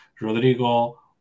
Rodrigo